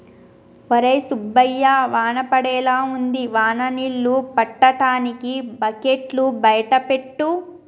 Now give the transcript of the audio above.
ఒరై సుబ్బయ్య వాన పడేలా ఉంది వాన నీళ్ళు పట్టటానికి బకెట్లు బయట పెట్టు